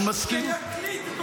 שיקליט.